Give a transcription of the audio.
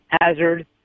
hazard